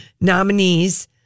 nominees